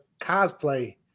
cosplay